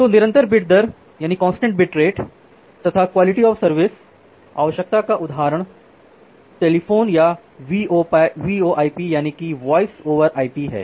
तो निरंतर बिट दर तथा QoS क्वालिटी ऑफ़ सर्विस आवश्यकता का उदाहरण टेलीफोन या VoIP है